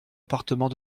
appartement